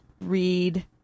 read